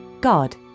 God